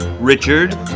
Richard